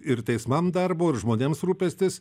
ir teismam darbo ir žmonėms rūpestis